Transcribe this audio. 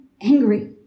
angry